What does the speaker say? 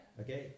okay